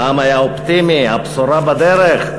העם היה אופטימי, הבשורה בדרך.